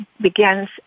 begins